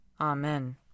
Amen